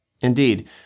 Indeed